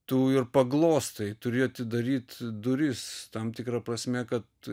tu ir paglostai turi atidaryti duris tam tikra prasme kad